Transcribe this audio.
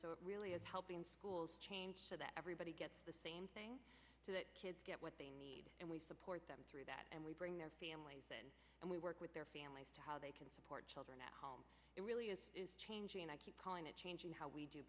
so it really is helping schools so that everybody gets to the kids get what they need and we support them through that and we bring their families and we work with their families to how they can support children at home it really is changing and i keep calling it changing how we do